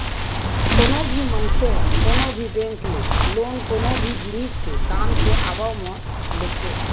कोनो भी मनखे ह कोनो भी बेंक ले लोन कोनो भी जिनिस के काम के आवब म लेथे